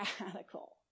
radical